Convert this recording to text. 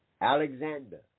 Alexander